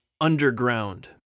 underground